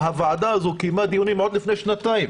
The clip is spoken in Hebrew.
הוועדה הזאת קיימה דיונים רק לפני שנתיים